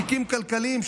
תיקים כלכליים,